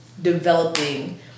developing